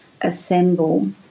assemble